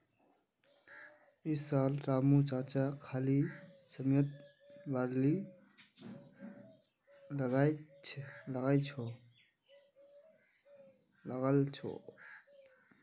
इस साल रामू चाचा खाली समयत बार्ली लगाल छ